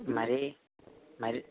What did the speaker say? మరి మరి